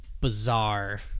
bizarre